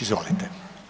Izvolite.